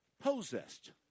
possessed